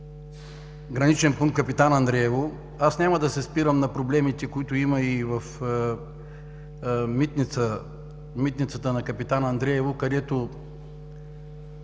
„Капитан Андреево“. Няма да се спирам на проблемите, които има и в митницата на „Капитан Андреево“, където